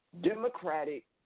Democratic